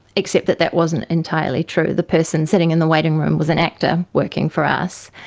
except that that wasn't entirely true, the person sitting in the waiting room was an actor working for us.